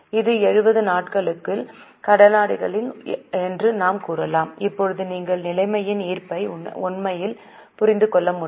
இது 70 நாட்களுக்கு மேல் இருந்தால் சுமார் 70 முதல் 75 நாட்கள் வரை சுமார் 72 நாட்கள் கடனாளிகள் என்று நாம் கூறலாம் இப்போது நீங்கள் நிலைமையின் ஈர்ப்பை உண்மையில் புரிந்து கொள்ள முடியும்